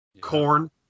Corn